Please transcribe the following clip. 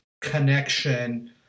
connection